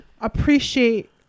appreciate